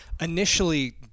Initially